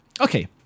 okay